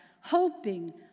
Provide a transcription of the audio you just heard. hoping